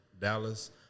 Dallas